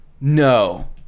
No